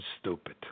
stupid